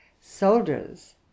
soldiers